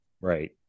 right